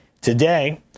Today